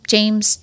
James